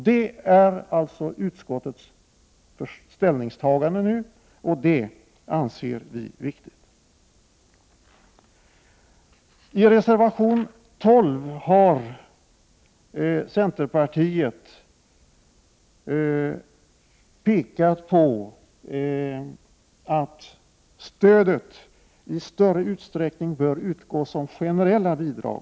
Detta anser utskottsmajoriteten är riktigt, och det är alltså nu utskottets ställningstagande. I reservation 12 har centerpartiet pekat på att stödet i större utsträckning bör utgå som generella bidrag.